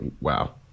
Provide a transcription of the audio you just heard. Wow